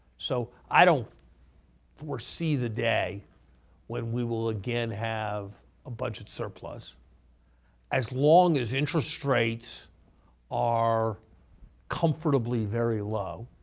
so i don't foresee the day when we will again have a budget surplus as long as interest rates are comfortably very low.